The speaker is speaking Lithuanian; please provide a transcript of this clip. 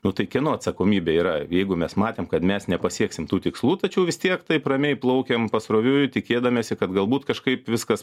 nu tai kieno atsakomybė yra jeigu mes matėm kad mes nepasieksim tų tikslų tačiau vis tiek taip ramiai plaukėm pasroviui tikėdamiesi kad galbūt kažkaip viskas